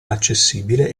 accessibile